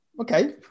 okay